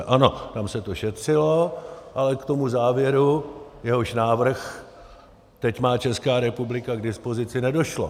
Ano, tam se to šetřilo, ale k tomu závěru, jehož návrh teď má Česká republika k dispozici, nedošlo.